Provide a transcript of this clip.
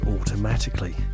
automatically